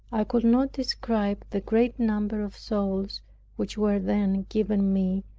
i could not describe the great number of souls which were then given me,